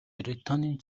британийн